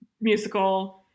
musical